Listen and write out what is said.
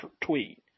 tweet